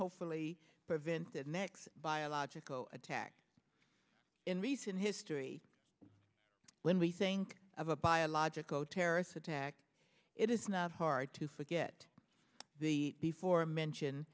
hopefully prevent the next biological attack in recent history when we think of a biological terrorist attack it is not hard to forget the before mentioned